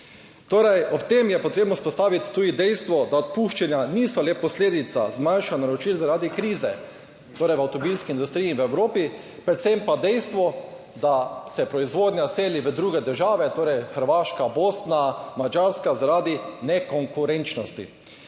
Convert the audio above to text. unije. Ob tem je treba izpostaviti tudi dejstvo, da odpuščanja niso le posledica zmanjšanja naročil zaradi krize v avtomobilski industriji v Evropi, predvsem pa dejstvo, da se proizvodnja seli v druge države, torej v Hrvaško, Bosno, na Madžarsko, zaradi nekonkurenčnosti.